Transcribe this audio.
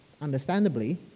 understandably